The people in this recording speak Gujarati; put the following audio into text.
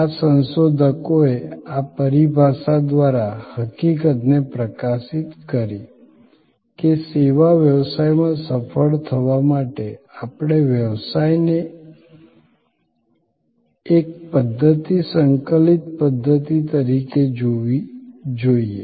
આ સંશોધકોએ આ પરિભાષા દ્વારા હકીકતને પ્રકાશિત કરી કે સેવા વ્યવસાયમાં સફળ થવા માટે આપણે વ્યવસાયને એક પધ્ધતિ સંકલિત પધ્ધતિ તરીકે જોવી જોઈએ